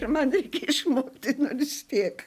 ir man reikia išmokti nors spėk